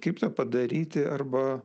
kaip tą padaryti arba